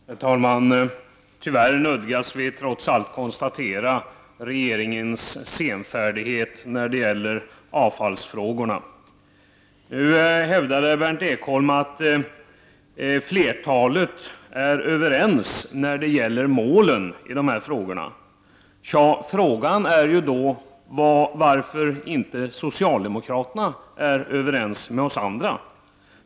Herr talman! Tyvärr nödgas vi trots allt konstatera regeringens senfärdighet när det gäller avfallsfrågorna. Nu hävdade Berndt Ekholm att flertalet är överens om målen. Tja, frågan är då varför inte socialdemokraterna är överens med oss andra.